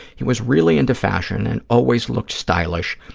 he was really into fashion and always looked stylish,